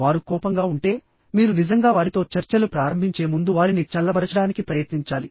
వారు కోపంగా ఉంటే మీరు నిజంగా వారితో చర్చలు ప్రారంభించే ముందు వారిని చల్లబరచడానికి ప్రయత్నించాలి